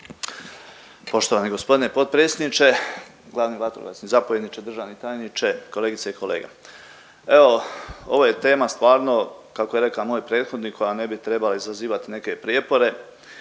Poštovani gospodine potpredsjedniče, glavni vatrogasni zapovjedniče, državni tajniče, kolegice i kolege, evo ovo je tema stvarno kako je rekao moj prethodnik koja ne bi trebala izazivati neke prijepore.